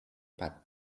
but